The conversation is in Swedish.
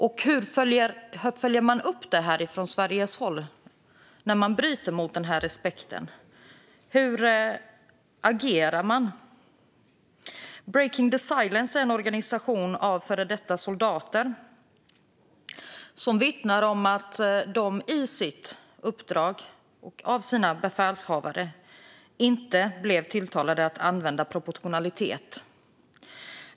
Och hur följer ni upp det från Sveriges håll när man bryter mot den här respekten? Hur agerar ni? Breaking the Silence är en organisation av före detta soldater, som vittnar om att de i sitt uppdrag och av sina befälhavare inte blev tillsagda att använda proportionalitet.